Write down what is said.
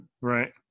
right